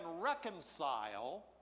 reconcile